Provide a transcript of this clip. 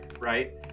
right